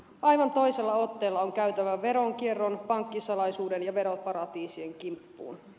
aivan toisella otteella on käytävä veronkierron pankkisalaisuuden ja veroparatiisien kimppuun